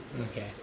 Okay